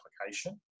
application